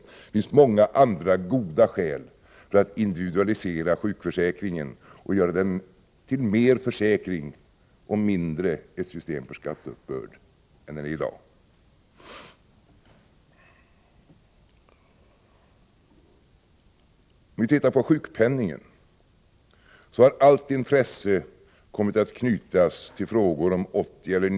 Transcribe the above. Det finns många andra goda skäl för att individualisera sjukförsäkringen och göra den till mer en försäkring och mindre ett system för skatteuppbörd än den är i dag. I fråga om sjukpenningen har allt intresse kommit att knytas till frågor om inkomstbortfallet.